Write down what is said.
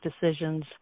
decisions